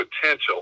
potential